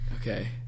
Okay